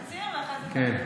אה, תספר בתקציר ואחרי זה, כן.